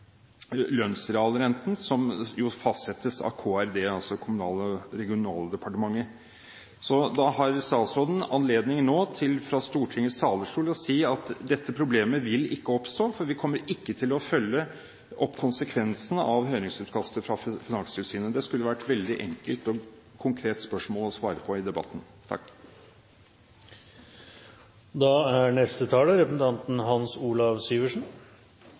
som fastsettes av Kommunal- og regionaldepartementet. Nå har statsråden anledning til å si fra Stortingets talerstol at dette problemet ikke vil oppstå, for vi kommer ikke til å følge opp konsekvensene av høringsutkastet fra Finanstilsynet. Det skulle være et veldig enkelt og konkret spørsmål å svare på i debatten.